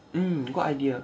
mm good idea